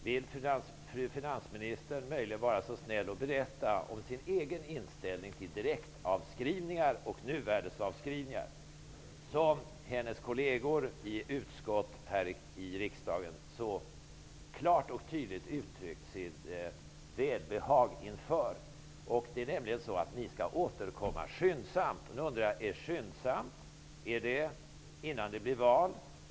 Vill fru finansministern vara så snäll och berätta om sin egen inställning till direktavskrivningar och nuvärdesavskrivningar, som hennes kolleger i utskottet här i riksdagen så klart och tydligt uttryckt sitt välbehag inför? Det är så, att ni skall återkomma skyndsamt. Nu undrar jag: Är skyndsamt innan det blir val?